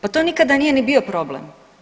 Pa to nikada nije ni bio problem.